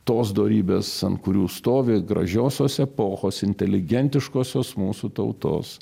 tos dorybės ant kurių stovi gražiosios epochos inteligentiškosios mūsų tautos